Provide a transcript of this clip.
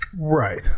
Right